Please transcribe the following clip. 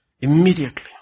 immediately